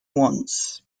wants